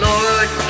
Lord